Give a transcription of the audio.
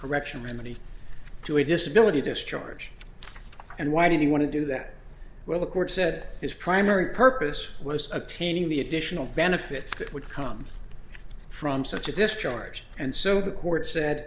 correction remedy to a disability discharge and why did he want to do that where the court said his primary purpose was attaining the additional benefits that would come from such a discharge and so the court said